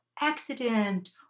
accident